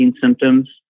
symptoms